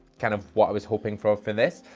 kind of what i was hoping for for this.